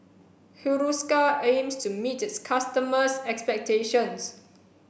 Hiruscar aims to meet its customers' expectations